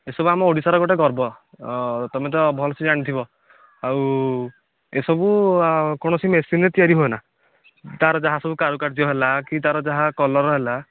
ଏସବୁ ଆମ ଓଡ଼ିଶା ର ଗୋଟେ ଗର୍ବ ତମେତ ଭଲ ସେ ଜାଣିଥିବ ଆଉ ଏସବୁ କୌଣସି ମେସିନରେ ତିଆରି ହୁଏନା ତାର ଯାହା ସବୁ କାରୁ କାର୍ଯ୍ୟ ହେଲା କି ତାର ଯାହା କଲର ହେଲା